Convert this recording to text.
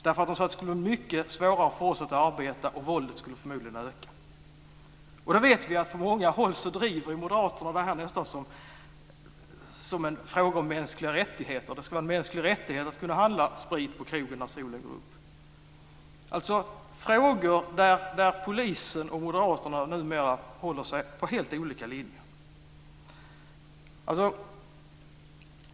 Man sade att det skulle bli mycket svårare att fortsätta att arbeta då, och att våldet förmodligen skulle öka. Vi vet att moderaterna på många håll nästan driver detta som en fråga om mänskliga rättigheter. Det ska vara en mänsklig rättighet att kunna handla sprit på krogen när solen går upp. Detta är alltså frågor där polisen och Moderaterna numera håller sig på helt olika linjer.